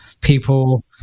people